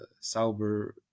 Sauber